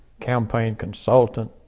campaign consultant,